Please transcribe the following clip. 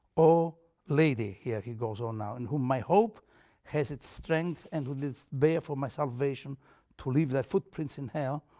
o lady, here he goes on now, in whom my hope has its strength and who didst bear for my salvation to leave thy footprints in hell,